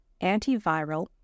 antiviral